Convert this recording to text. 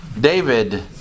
David